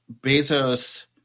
Bezos